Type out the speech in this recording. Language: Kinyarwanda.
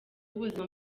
w’ubuzima